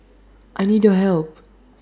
I need your help